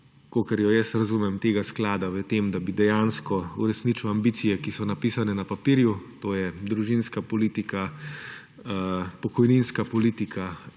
kakor jo jaz razumem, tega sklada, v tem, da bi dejansko uresničil ambicije, ki so napisane na papirju, to je družinska politika, pokojninska politika